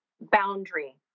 boundary